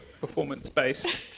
performance-based